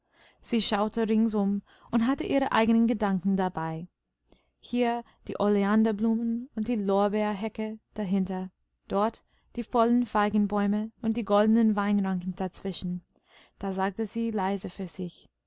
sie schaute ringsum und hatte ihre eigenen gedanken dabei hier die oleanderblumen und die lorbeerhecke dahinter dort die vollen feigenbäume und die goldenen weinranken dazwischen da sagte sie leise für sich